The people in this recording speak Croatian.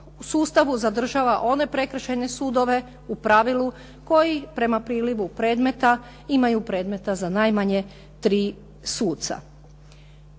U sustavu zadržava one prekršajne sudove u pravilu koji prema prilivu predmeta imaju predmeta za najmanje 3 suca.